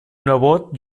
nebot